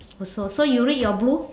also so you read your blue